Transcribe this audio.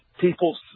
people